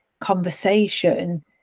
conversation